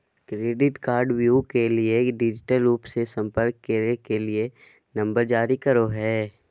credit कार्डव्यू के लिए डिजिटल रूप से संपर्क करे के लिए नंबर जारी करो हइ